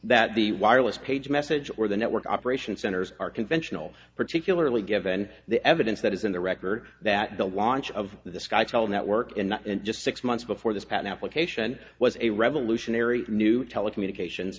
that the wireless page message or the network operation centers are conventional particularly given the evidence that is in the record that the launch of the sky fell network and just six months before this patent application was a revolutionary new telecommunications